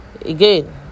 again